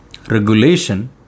regulation